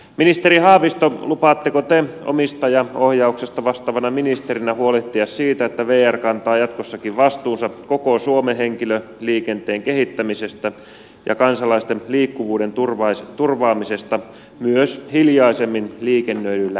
ministeri haavisto lupaatteko te omistajaohjauksesta vastaavana ministerinä huolehtia siitä että vr kantaa jatkossakin vastuunsa koko suomen henkilöliikenteen kehittämisestä ja kansalaisten liikkuvuuden turvaamisesta myös hiljaisemmin liikennöidyillä reiteillä